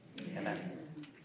Amen